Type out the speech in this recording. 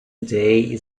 day